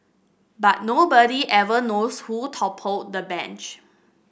but nobody ever knows who toppled the bench